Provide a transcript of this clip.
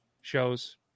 shows